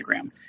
Instagram